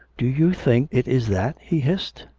do you think it is that? he hissed.